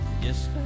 Yes